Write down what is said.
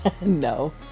No